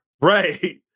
Right